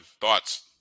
thoughts